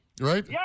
right